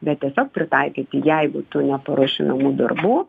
bet tiesiog pritaikyti jeigu tu neparuoši namų darbų